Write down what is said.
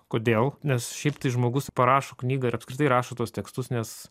kodėl nes šiaip tai žmogus parašo knygą ir apskritai rašo tuos tekstus nes